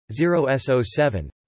0S07